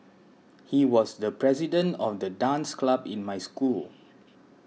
he was the president of the dance club in my school